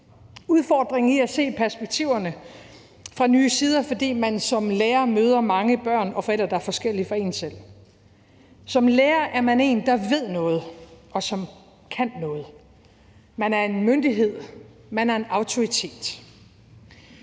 udfordres i at se perspektiverne fra nye sider, fordi man som lærer møder mange børn og forældre, der er forskellige fra en selv. Som lærer er man en, der ved noget, og som kan noget. Man er en myndighed. Man er en autoritet.